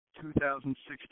2016